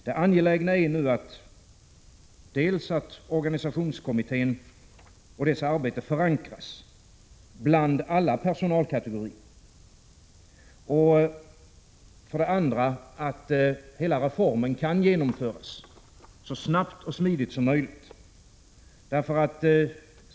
Det angelägna nu är dels att organisationskommittén och dess arbete förankras bland alla personalkategorier, dels att hela reformen kan genomföras så snabbt och smidigt som möjligt.